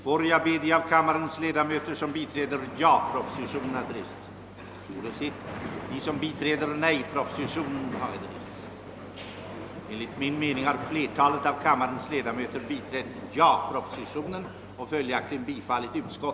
Morgondagens sammanträde, som tar sin början kl.